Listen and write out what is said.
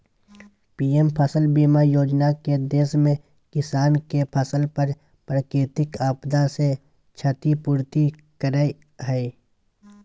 PM फसल बीमा योजना के देश में किसान के फसल पर प्राकृतिक आपदा से क्षति पूर्ति करय हई